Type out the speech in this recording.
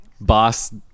boss